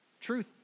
truth